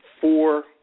four